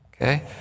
okay